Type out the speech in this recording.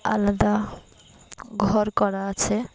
আলাদা ঘর করা আছে